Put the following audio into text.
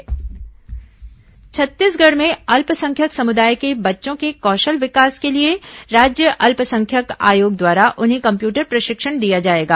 computer प्रशिक्षण छत्तीसगढ़ में अल्पसंख्यक समुदाय के बच्चों के कौशल विकास के लिए राज्य अल्पसंख्यक आयोग द्वारा उन्हें कम्प्यूटर प्रशिक्षण दिया जाएगा